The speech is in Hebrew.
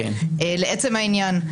לעצם העניין.